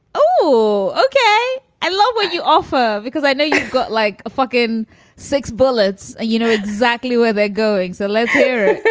oh, okay i love what you offer. because i know you got like a fucking six bullets. you know exactly where they're going so let's hear